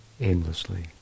aimlessly